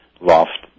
loft